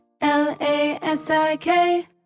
L-A-S-I-K